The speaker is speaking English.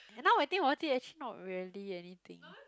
now I think about it actually not really anything